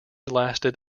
lasted